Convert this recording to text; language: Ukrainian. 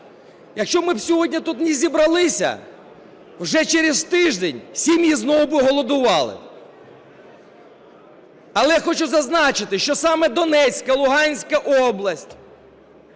Якщо ми б сьогодні тут не зібралися, вже через тиждень сім'ї знову би голодували. Але я хочу зазначити, що саме Донецька і Луганська області,